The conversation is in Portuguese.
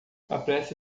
apresse